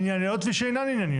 ענייניות ושאינן ענייניות.